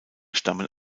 stammen